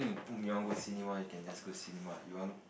boom you want go cinema you can just go cinema you want